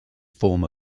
former